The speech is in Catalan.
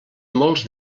molts